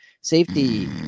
Safety